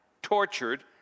tortured